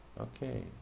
okay